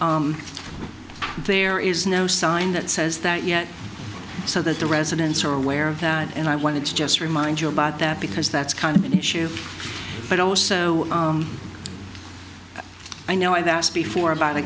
extended there is no sign that says that yet so that the residents are aware of that and i want to just remind you about that because that's kind of an issue but also i know i've asked before